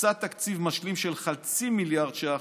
הוקצה תקציב משלים של חצי מיליארד ש"ח,